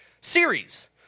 series